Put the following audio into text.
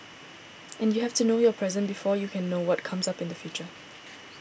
and you have to know your present before you can know what comes up in the future